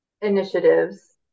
initiatives